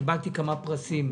קיבלתי כמה פרסים.